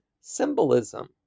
symbolism